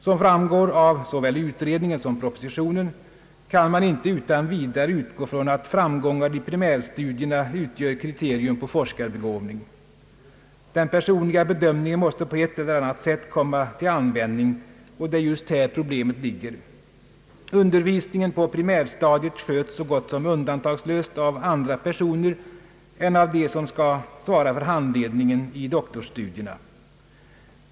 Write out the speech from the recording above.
Som framgår av såväl utredningen som propositionen kan man inte utan vidare utgå ifrån att framgångar i primärstudierna utgör kriterium på forskarbegåvning. Den personliga bedömningen måste på ett eller annat sätt komma till användning, och det är just här problemet ligger. Undervisningen på primärstadiet sköts så gott som undantagslöst av andra personer än dem som skall svara för handledningen i doktorsstudierna.